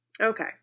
okay